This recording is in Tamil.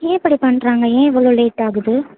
ஏன் இப்படி பண்ணுறாங்க ஏன் இவ்வளோ லேட் ஆகுது